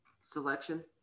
selection